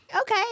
Okay